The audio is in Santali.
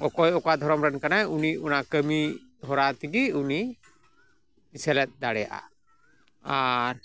ᱚᱠᱚᱭ ᱚᱠᱟ ᱫᱷᱚᱨᱚᱢ ᱨᱮᱱ ᱠᱟᱱᱟᱭ ᱩᱱᱤ ᱚᱱᱟ ᱠᱟᱹᱢᱤ ᱦᱚᱨᱟ ᱛᱮᱜᱤ ᱩᱱᱤ ᱥᱮᱞᱮᱫ ᱫᱟᱲᱮᱭᱟᱜᱼᱟ ᱟᱨ